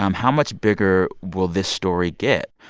um how much bigger will this story get?